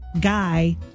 guy